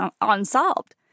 unsolved